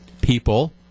people